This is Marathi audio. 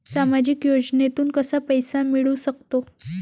सामाजिक योजनेतून कसा पैसा मिळू सकतो?